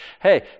Hey